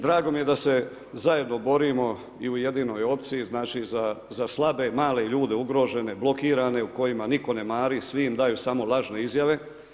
Drago mi je da se zajedno borimo i u jedinoj opciji za slabe, mlade ljude, ugrožene, blokirane o kojima niko ne mari, svi im daju samo lažne izjave.